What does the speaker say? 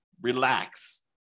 relax